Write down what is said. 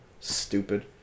Stupid